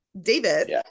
David